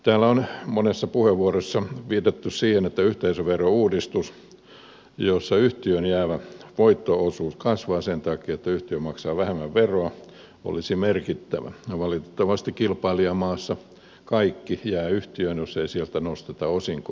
täällä on monessa puheenvuorossa viitattu siihen että yhteisöverouudistus jossa yhtiöön jäävä voitto osuus kasvaa sen takia että yhtiö maksaa vähemmän veroa olisi merkittävä ja valitettavasti kilpailijamaassa kaikki jää yhtiöön jos ei sieltä nosteta osinkoa